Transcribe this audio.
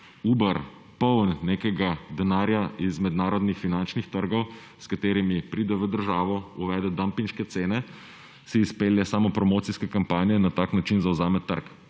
Uber poln nekega denarja iz mednarodnih finančnih trgov, s katerimi pride v državo, uvede dumpinške cene, si izpelje samo promocijske kampanje, na tak način zavzame trg.